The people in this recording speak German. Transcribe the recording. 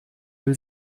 will